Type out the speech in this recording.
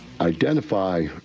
identify